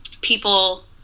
people